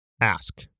ask